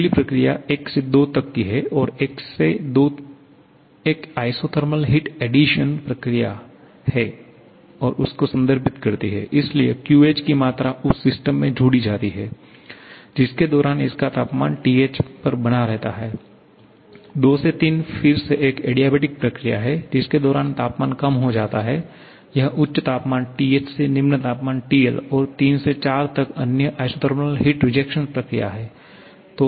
अगली प्रक्रिया 1 से 2 तक की है और 1 से 2 एक आइसोथर्मल हीट एडिशन प्रक्रिया को संदर्भित करती है इसलिए QH की मात्रा उस सिस्टम में जुड़ जाती है जिसके दौरान इसका तापमान TH पर बना रहता है 2 से 3 फिर से एक एडियाबेटिक प्रक्रिया है जिसके दौरान तापमान कम हो जाता है यह उच्च तापमान TH से निम्न तापमान TL और 3 से 4 तक अन्य आइसोथर्मल हीट रिजेक्शन प्रक्रिया है